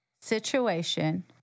situation